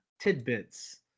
tidbits